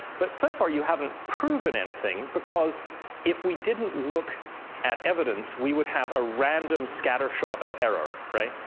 but so far you haven't proven anything, because if we didn't look at evidence we would have a random scatter shot of error. right?